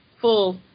full